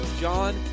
John